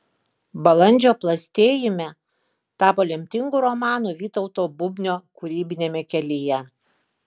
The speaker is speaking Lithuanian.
balandžio plastėjime tapo lemtingu romanu vytauto bubnio kūrybiniame kelyje